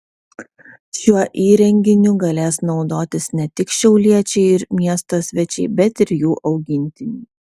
šiuo įrenginiu galės naudotis ne tik šiauliečiai ir miesto svečiai bet ir jų augintiniai